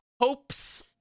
hopes